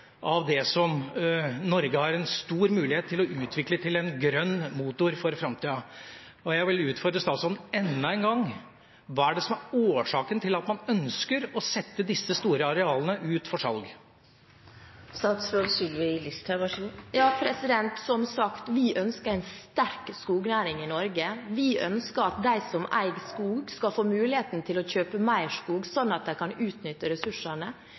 av det som Norge har en stor mulighet til å utvikle til en grønn motor for framtida, og jeg vil utfordre statsråden enda en gang: Hva er det som er årsaken til at man ønsker å sette disse store arealene ut for salg? Som sagt, vi ønsker en sterk skognæring i Norge. Vi ønsker at de som eier skog, skal få muligheten til å kjøpe mer skog, slik at de kan utnytte ressursene.